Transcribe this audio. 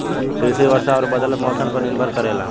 कृषि वर्षा और बदलत मौसम पर निर्भर करेला